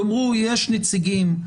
תאמרו שיש נציגים,